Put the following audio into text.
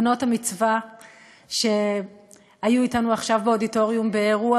בנות-המצווה שהיו אתנו עכשיו באודיטוריום באירוע